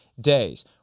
days